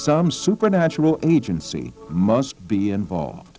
some supernatural agency must be involved